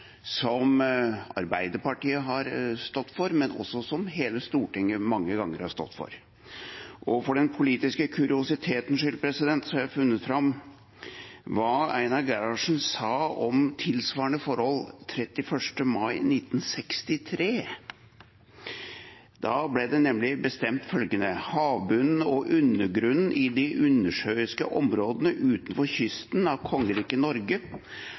som Arbeiderpartiet har stått for, og som også hele Stortinget mange ganger har stått for. For den politiske kuriositetens skyld har jeg funnet fram hva Einar Gerhardsen sa om tilsvarende forhold 31. mai i 1963. Da ble det nemlig bestemt følgende: «Havbunnen og undergrunnen i de undersjøiske områder utenfor kysten av Kongeriket Norge